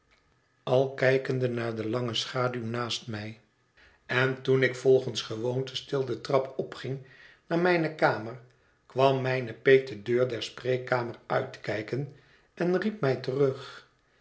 al kijkende naar de lange schaduw naast mij en toen ik volgens gewoonte stil de trap opging naar mijne kamer kwam mijne peet de deur der spreekkamer uitkijken en riep mij terug